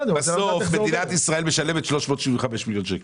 בסוף מדינת ישראל משלמת 375 מיליון שקלים.